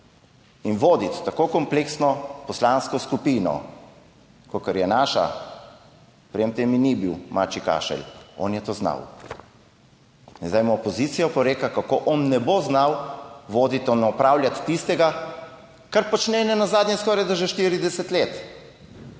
In voditi tako kompleksno poslansko skupino, kakor je naša, verjemite, ni bil mačji kašelj. On je to znal. In zdaj mu opozicija oporeka, kako on ne bo znal voditi, opravljati tistega, kar počne nenazadnje skorajda že 40 let.